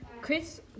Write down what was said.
Chris